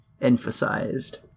emphasized